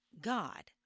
God